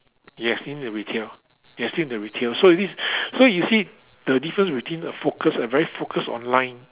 yes in the retail they are still in the retail so this so you see the difference between a focus a very focused online